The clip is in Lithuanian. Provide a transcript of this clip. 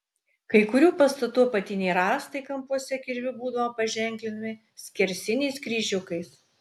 kai kurių pastatų apatiniai rąstai kampuose kirviu būdavo paženklinami skersiniais kryžiukais